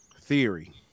theory